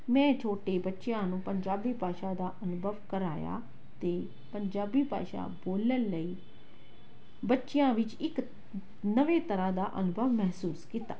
ਮੈਂ ਛੋਟੇ ਬੱਚਿਆਂ ਨੂੰ ਪੰਜਾਬੀ ਭਾਸ਼ਾ ਦਾ ਅਨੁਭਵ ਕਰਾਇਆ ਅਤੇ ਪੰਜਾਬੀ ਭਾਸ਼ਾ ਬੋਲਣ ਲਈ ਬੱਚਿਆਂ ਵਿੱਚ ਇੱਕ ਨਵੇਂ ਤਰ੍ਹਾਂ ਦਾ ਅਨੁਭਵ ਮਹਿਸੂਸ ਕੀਤਾ